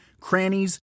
crannies